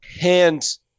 hands